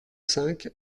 cinq